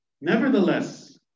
nevertheless